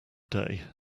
day